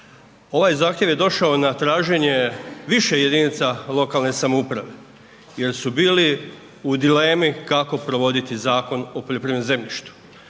Ovaj zahtjev je došao na traženje više jedinica lokalne samouprave jer su bili u dilemi kako provoditi Zakon o poljoprivrednom zemljištu.